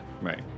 Right